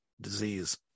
disease